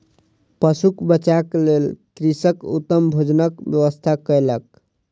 पशुक बच्चाक लेल कृषक उत्तम भोजनक व्यवस्था कयलक